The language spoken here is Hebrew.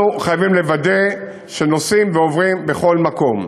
אנחנו חייבים לוודא שנוסעים ועוברים בכל מקום.